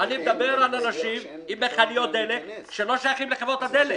אני מדבר על אנשים עם מכליות דלק שלא שייכות לחברות הדלק.